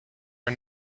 are